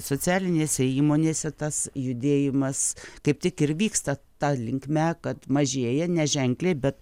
socialinėse įmonėse tas judėjimas kaip tik ir vyksta ta linkme kad mažėja neženkliai bet